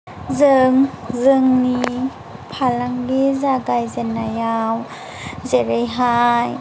जों जोंनि फालांगि जागायजेननायाव जेरैहाय